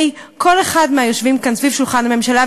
כל אחד מהיושבים כאן סביב שולחן הממשלה,